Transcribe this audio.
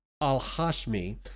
al-Hashmi